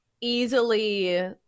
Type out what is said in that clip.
easily